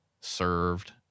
served